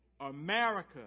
America